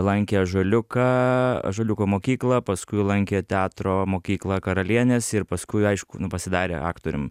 lankė ąžuoliuką ąžuoliuko mokyklą paskui lankė teatro mokyklą karalienės ir paskui aišku nu pasidarė aktorium